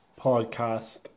podcast